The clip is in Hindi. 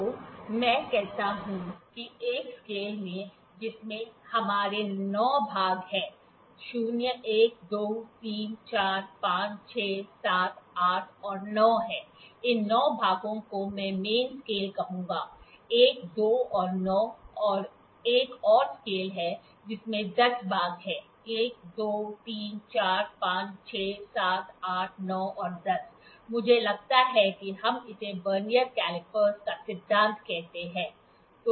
तो मैं कहता हूँ कि एक स्केल है जिसमें हमारे 9 भाग 0 1 2 3 4 5 6 7 8 और 9 हैं इन ९ भागों को मैं मैन स्केल कहूँगा १ २ और ९ और एक और स्केल है जिसमें १० भाग हैं १ २ ३ ४ ५ ६ ७ ८ ९ और १० मुझे लगता है कि हम इसे वर्नियर कैलीपर का सिद्धांत कहते हैं